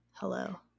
Hello